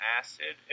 acid